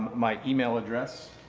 my email address,